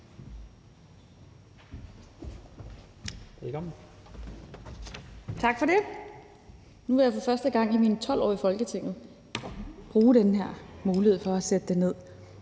Tak for det. Nu vil jeg for første gang i mine 12 år i Folketinget bruge den her mulighed for at køre